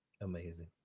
amazing